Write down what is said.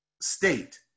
state